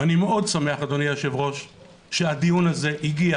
ואני מאוד שמח, אדוני היושב-ראש, שהדיון הזה הגיע